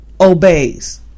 obeys